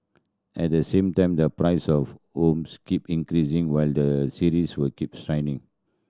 at the same time the price of homes keep increasing while their sizes were keep